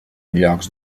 llocs